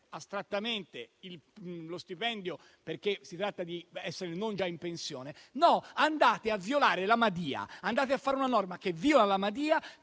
astrattamente lo stipendio, perché si tratta di essere non già in pensione. Andate a violare la legge Madia, andate a fare una norma che viola la legge